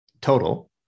total